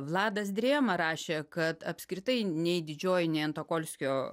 vladas drėma rašė kad apskritai nei didžioji nei antokolskio